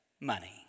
money